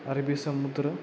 अरबी समुद्र